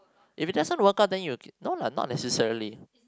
if it doesn't work out then you can no lah not necessarily